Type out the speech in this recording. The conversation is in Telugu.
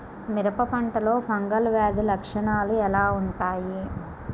మిరప పంటలో ఫంగల్ వ్యాధి లక్షణాలు ఎలా వుంటాయి?